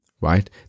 right